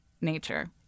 nature